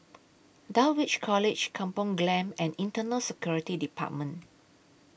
Dulwich College Kampung Glam and Internal Security department